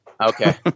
Okay